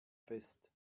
fest